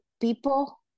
people